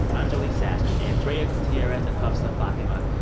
anjuli sastry, andrea gutierrez and hafsa fathima.